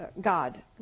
god